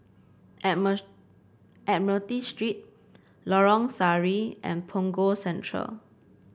Admiralty Street Lorong Sari and Punggol Central